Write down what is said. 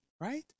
right